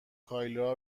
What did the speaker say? کایلا